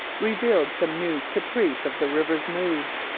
revealed some new caprice of the river's moods.